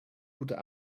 guter